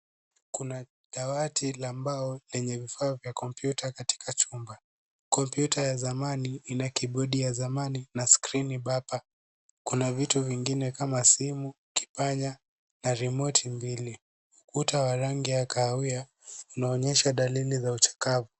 Kuna dawati la mbao lenye vifaa vya kompyuta katika chumba .Kompyuta ya zamani ina kibodi ya zamani na skrini papa. Kuna vitu vingine kama simu, kipanya, na rimoti mbili. Ukuta wa rangi ya kahawia unaonyesha dalili za uchakavu.